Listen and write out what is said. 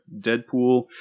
Deadpool